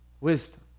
Wisdom